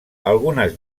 algunes